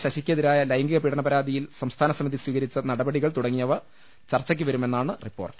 ശശിക്കെതിരായ ലൈംഗിക പീഡന പരാതിയിൽ സംസ്ഥാന സമിതി സ്വീകരിച്ച നടപടികൾ തുടങ്ങിയവ ചർച്ച യ്ക്കുവരുമെന്നാണ് റിപ്പോർട്ട്